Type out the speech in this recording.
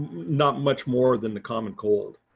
not much more than the common cold.